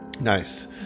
Nice